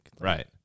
right